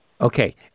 Okay